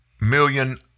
million